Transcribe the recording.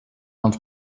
els